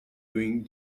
doing